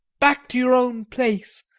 back, to your own place!